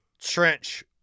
trench